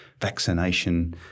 vaccination